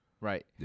Right